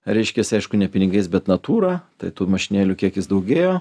reiškiasi aišku ne pinigais bet natūra tai tų mašinėlių kiekis daugėjo